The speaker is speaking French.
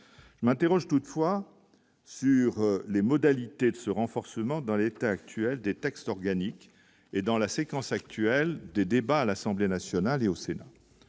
je m'interroge toutefois sur les modalités de ce renforcement dans l'état actuel des textes organiques et dans la séquence actuelle des débats à l'Assemblée nationale et au Sénat,